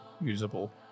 usable